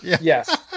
yes